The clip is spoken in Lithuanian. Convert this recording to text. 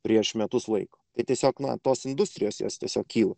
prieš metus laiko tai tiesiog nuo tos industrijos jos tiesiog kyla